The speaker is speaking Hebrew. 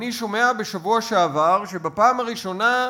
אני שומע בשבוע שעבר שבפעם הראשונה,